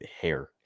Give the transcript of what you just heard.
hair